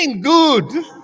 good